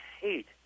hate